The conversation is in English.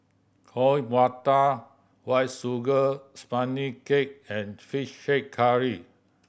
Coin Prata White Sugar Sponge Cake and Fish Head Curry